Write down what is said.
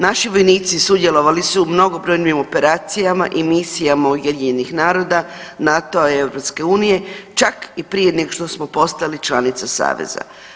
Naši vojnici sudjelovali su u mnogobrojnim operacijama i misijama UN-a, NATO-a i EU čak i prije nego što smo postali članica Saveza.